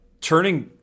turning